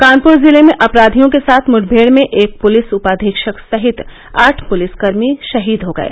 कानपुर जिले में अपराधियों के साथ मुठमेड़ में एक पुलिस उपाधीक्षक सहित आठ पुलिसकर्मी शहीद हो गये